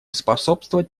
способствовать